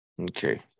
Okay